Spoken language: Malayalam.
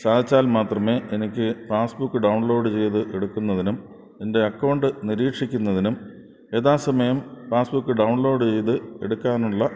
സാധിച്ചാൽ മാത്രമേ എനിക്ക് പാസ്ബുക്ക് ഡൗൺലോഡ് ചെയ്ത് എടുക്കുന്നതിനും എൻ്റെ അക്കൗണ്ട് നിരീക്ഷിക്കുന്നതിനും യഥാസമയം പാസ്ബുക്ക് ഡൗൺലോഡെയ്ത് എടുക്കാനുള്ള